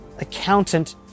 Accountant